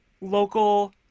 local